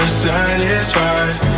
satisfied